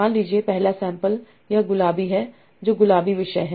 मान लीजिए पहला सैंपल यह गुलाबी है जो गुलाबी विषय है